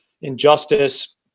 Injustice